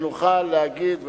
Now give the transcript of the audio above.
שנוכל להגיד,